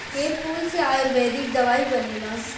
ए फूल से आयुर्वेदिक दवाई बनेला